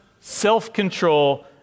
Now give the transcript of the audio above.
self-control